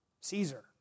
Caesar